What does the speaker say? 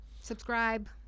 Subscribe